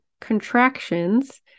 contractions